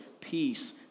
peace